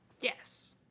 Yes